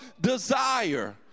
desire